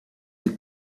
they